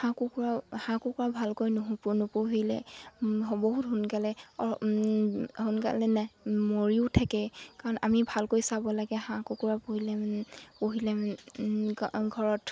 হাঁহ কুকুৰা হাঁহ কুকুৰা ভালকৈ নু নোপুহিলে বহুত সোনকালে সোনকালে ন মৰিও থাকে কাৰণ আমি ভালকৈ চাব লাগে হাঁহ কুকুৰা পুহিলে পুহিলে ঘৰত